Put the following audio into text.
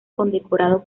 condecorado